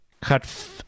cut